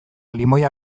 limoia